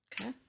Okay